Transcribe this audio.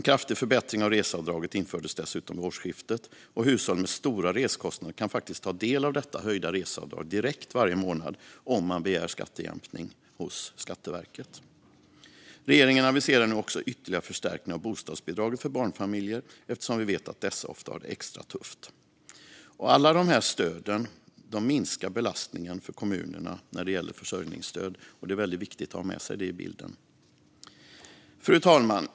Dessutom infördes vid årsskiftet en kraftig förbättring av reseavdraget, och hushåll med stora resekostnader kan faktiskt ta del av detta höjda reseavdrag direkt varje månad om de begär skattejämkning hos Skatteverket. Regeringen aviserar nu också ytterligare förstärkning av bostadsbidraget för barnfamiljer, eftersom vi vet att dessa ofta har det extra tufft. Alla dessa stöd minskar belastningen på kommunerna när det gäller försörjningsstöd. Det är väldigt viktigt att ha med sig det i bilden. Fru talman!